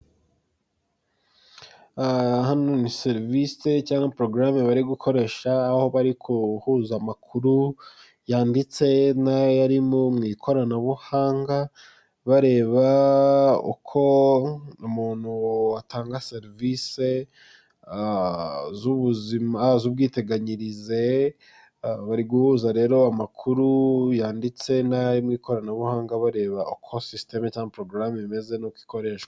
Hano ni serivisi cyangwa porogaram bari gukoresha, aho bari guhuza amakuru yanditse n'ayo mu ikoranabuhanga bareba uko umuntu atanga serivisi z'ubuzima z'ubwiteganyirize. Bari guhuza rero amakuru yanditse n'ayo mu ikoranabuhanga, bareba uko sisiteme, porogararamu imeze, n'uko ikoreshwa.